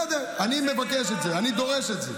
בסדר, אני מבקש את זה, אני דורש את זה.